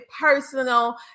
personal